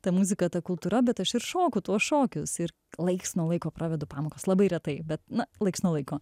ta muzika ta kultūra bet aš ir šoku tuos šokius ir laiks nuo laiko pravedu pamokas labai retai bet na laiks nuo laiko